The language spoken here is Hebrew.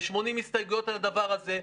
ו-80 הסתייגויות על הדבר הזה,